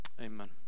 Amen